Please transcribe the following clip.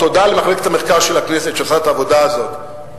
תודה למחלקת המחקר של הכנסת שעשתה את העבודה הזאת,